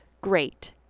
great